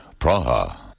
Praha